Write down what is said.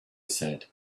said